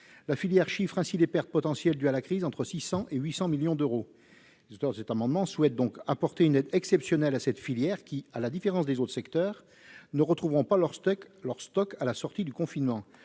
La filière chiffre ainsi les pertes potentielles dues à la crise entre 600 millions et 800 millions d'euros. Les auteurs de cet amendement souhaitent donc apporter une aide exceptionnelle à cette filière qui, à la différence d'autres secteurs, ne retrouvera pas ses stocks à la sortie du confinement.